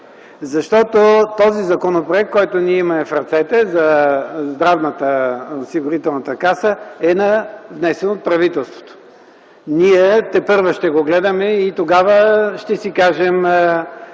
защото този законопроект, който ние имаме в ръцете за Здравноосигурителната каса, е внесен от правителството. Ние тепърва ще го гледаме и тогава ще си кажем